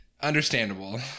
Understandable